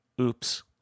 oops